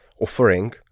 offering